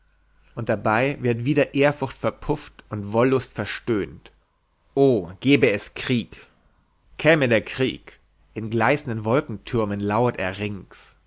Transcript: und dabei wird wieder ehrfurcht verpufft und wollust verstöhnt o gäbe es krieg käme der krieg in gleißenden wolkentürmen lauert er rings